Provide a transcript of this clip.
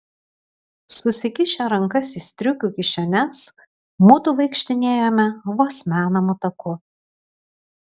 susikišę rankas į striukių kišenes mudu vaikštinėjome vos menamu taku